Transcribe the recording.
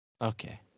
okay